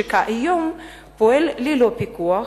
שכיום פועל ללא פיקוח